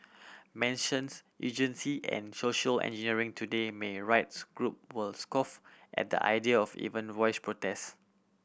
mentions and social engineering today may rights group would scoff at the idea of even voice protest